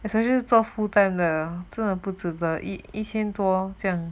especially for full time 的真的不值得一一千多将